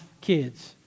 kids